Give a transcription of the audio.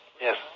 Yes